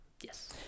Yes